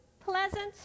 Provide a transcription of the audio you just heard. pleasant